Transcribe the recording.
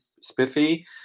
spiffy